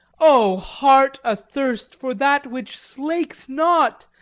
o heart athirst for that which slakes not!